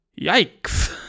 yikes